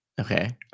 Okay